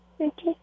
Okay